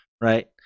right